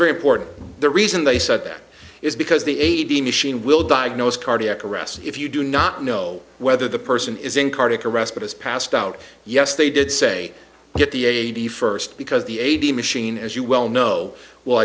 very important the reason they said that is because the a t m machine will diagnose cardiac arrest if you do not know whether the person is in cardiac arrest but has passed out yes they did say get the eighty first because the a t m machine as you well know w